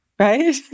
Right